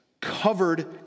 covered